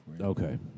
Okay